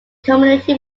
community